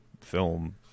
film